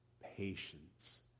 patience